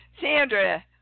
Sandra